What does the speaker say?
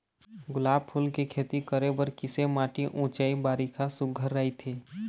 गुलाब फूल के खेती करे बर किसे माटी ऊंचाई बारिखा सुघ्घर राइथे?